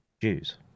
Jews